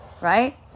Right